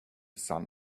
sun